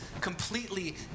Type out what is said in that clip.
completely